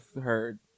heard